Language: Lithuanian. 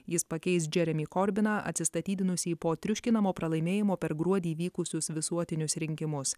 jis pakeis džeremį korbiną atsistatydinusį po triuškinamo pralaimėjimo per gruodį vykusius visuotinius rinkimus